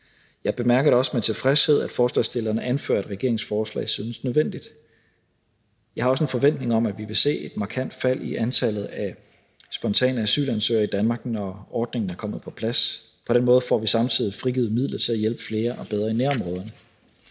Jeg bemærker da også med tilfredshed, at forslagsstillerne anfører, at regeringens forslag synes nødvendigt. Jeg har også en forventning om, at vi vil se et markant fald i antallet af spontane asylansøgere i Danmark, når ordningen er kommet på plads. På den måde får vi samtidig frigivet midler til at hjælpe flere og bedre i nærområderne.